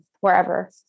wherever